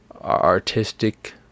artistic